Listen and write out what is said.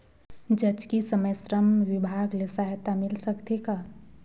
जचकी समय श्रम विभाग ले सहायता मिल सकथे का?